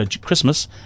Christmas